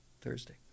Thursday